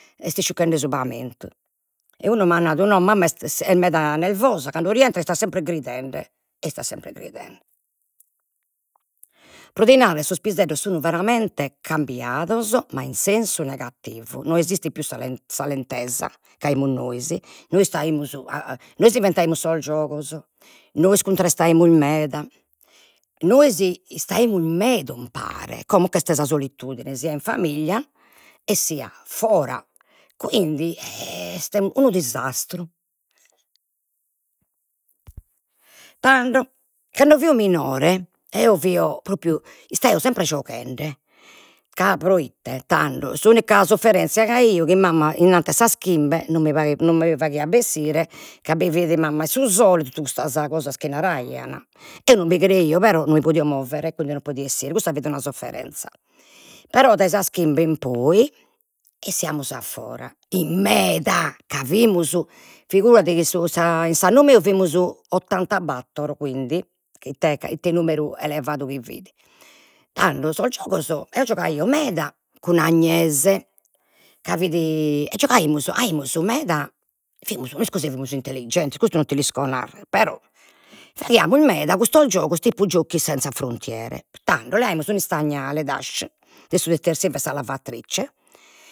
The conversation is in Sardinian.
Est isciucchende su pamentu, e unu m'at nadu, no mamma est meda nervosa cando rientrat 'istat sempre gridende, istat sempre gridende, pro ti narrer, sos piseddos sun veramente cambiados, ma in sensu negativu, no esistit pius sa sa lentesa c'aimus nois, nois istaimus a nois inventaimus sos giogos, nois cuntrestaimus meda, nois istaimus meda umpare, como ch'est sa solitudine, sia in familia e sia fora, quindi est unu disastru. Tando, cando fio minore eo fio, propriu istaio sempre gioghende, ca proite, tando s'unica sufferenzia chi aio, chi mamma innanti 'e sas chimbe no mi no mi faghiat bessire ca bi fit mamma 'e su sole totu custas cosas chi naraian, eo non bi creio però non mi podio movere, quindi non podio 'essire, custa fit una sofferenzia, però dai sas chimbe in poi 'essiamus a fora, in meda, ca fimus, figuradi chi su sa in s'annu meu fimus ottantabattor, quindi ite numeru elevadu chi fit, tando sos giogos, eo giogaio meda cun Agnese, ca fit, e giogaimus, aimus meda, fimus, no isco si fimus intelligentes, custu non ti l'isco narrer, però faghiamus meda custo giogos tipu giochi senza frontiere, tando leaimus un'istagnale Dash, de su detersivu 'e sa lavatrice